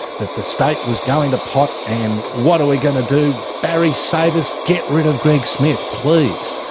that the state was going to pot, and what are we going to do? barry save us, get rid of greg smith please!